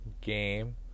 game